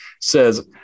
says